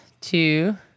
two